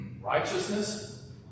Righteousness